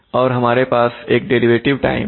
और हमारे पास एक डेरिवेटिव टाइम है